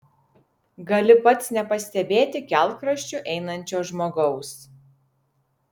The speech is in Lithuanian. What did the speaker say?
gali pats nepastebėti kelkraščiu einančio žmogaus